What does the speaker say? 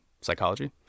psychology